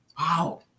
Wow